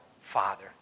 Father